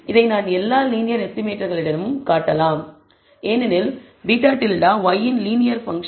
இதை எல்லா லீனியர் எஸ்டிமேட்டர்களிடமும் நீங்கள் காட்டலாம் ஏனெனில் β̂ y இன் லீனியர் பங்க்ஷன்